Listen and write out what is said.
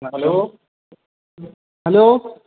ہاں hello hello